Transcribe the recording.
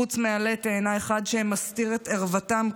חוץ מעלה תאנה אחד שמסתיר קצת את ערוותם,